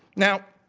now,